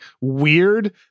weird